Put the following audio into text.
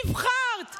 על זה נבחרת.